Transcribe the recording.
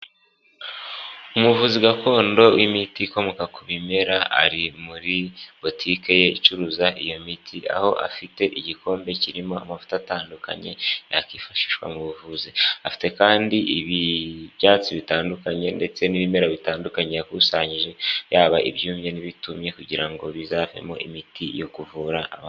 Umuvuzi gakondo w'imiti ikomoka ku bimera ari muri botike ye icuruza iyo miti, aho afite igikombe kirimo amavuta atandukanye yakifashishwa mu buvuzi, afite kandi ibyatsi bitandukanye ndetse n'ibimera bitandukanye yakusanyije yaba ibyumye n'ibitumye kugira ngo bizavemo imiti yo kuvura abandi.